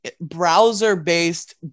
browser-based